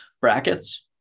brackets